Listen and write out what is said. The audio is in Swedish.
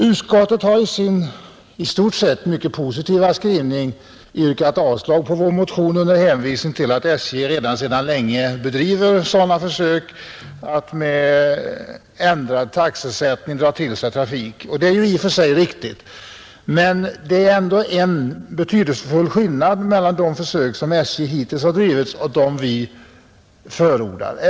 Utskottet har i sin i stort sett mycket positiva skrivning yrkat avslag på motionen under hänvisning till att SJ redan sedan länge bedriver försök att med ändrad taxesättning dra till sig trafik, Det är i och för sig riktigt, men det är ändå en betydelsefull skillnad mellan de försök som SJ hittills har bedrivit och dem vi förordar.